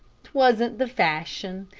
twasn't the fashion,